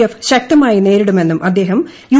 F ശക്തമായി നേരിടുമെന്നും അദ്ദേഹം യു